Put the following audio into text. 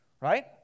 right